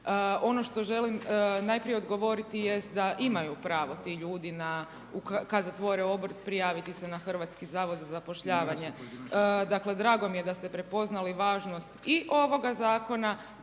Ono što želim najprije odgovoriti jest da imaju pravo ti ljudi kada zatvore obrt prijaviti se na Hrvatski zavod za zapošljavanje. Dakle, drago mi je da ste prepoznali važnost i ovoga Zakona